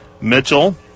Mitchell